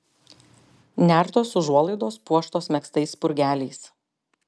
nertos užuolaidos puoštos megztais spurgeliais